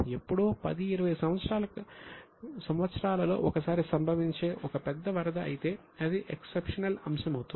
ఎప్పుడో 10 20 సంవత్సరాలలో ఒకసారి సంభవించే ఒక పెద్ద వరద అయితే అది ఎక్సెప్షనల్ అంశం అవుతుంది